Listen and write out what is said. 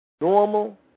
normal